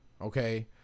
Okay